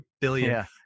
billion